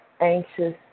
anxious